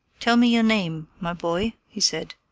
tell me your name, my boy, he said.